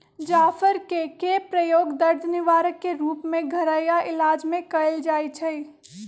जाफर कें के प्रयोग दर्द निवारक के रूप में घरइया इलाज में कएल जाइ छइ